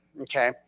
okay